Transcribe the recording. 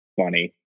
funny